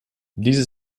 diese